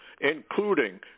including